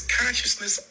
consciousness